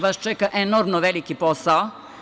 Vas čeka enormno veliki posao.